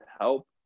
help